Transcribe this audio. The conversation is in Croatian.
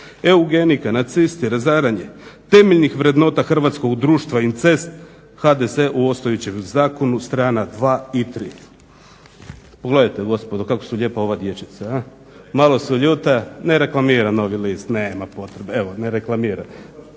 eugenika, nacisti, razaranje temeljnih vrednota hrvatskog društva, incest, HDZ-a u Ostojićev zakon strana 2. i 3. Pogledajte gospodo kako su lijepa ova dječica ha. Malo su ljuta … /Upadica se ne razumije./… Ne reklamiram Novi list, nema potrebe. Evo, ne reklamiram.